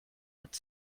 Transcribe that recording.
but